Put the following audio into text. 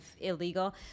illegal